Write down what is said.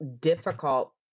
difficult